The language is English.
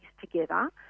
together